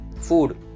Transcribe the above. food